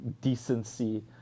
decency